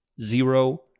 zero